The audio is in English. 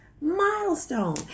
milestone